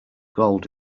gold